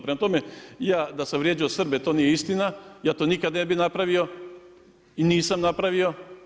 Prema tome, ja da sam vrijeđao Srbe, to nije istina, ja to nikada ne bih napravio i nisam napravio.